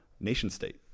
nation-state